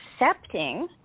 accepting